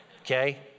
Okay